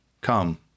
Come